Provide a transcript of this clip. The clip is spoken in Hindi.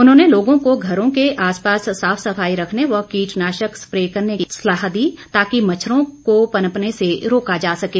उन्होंने लोगों को घरों के आसपास साफ सफाई रखने व कीटनाशक स्प्रे करने की सलाह दी ताकि मच्छरों को पनपने से रोका जा सकें